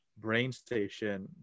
BrainStation